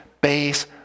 base